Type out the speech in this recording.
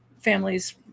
families